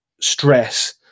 stress